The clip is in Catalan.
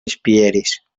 espieres